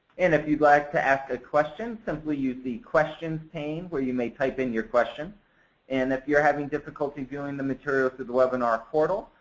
and if you would like to ask a question, simply use the question pane where you may type in your question and if you are having difficulty viewing the materials through the webinar portal,